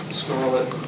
scarlet